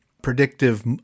predictive